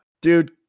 dude